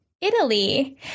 Italy